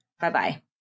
Bye-bye